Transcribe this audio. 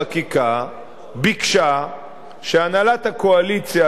ביקשה שהנהלת הקואליציה,